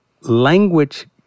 Language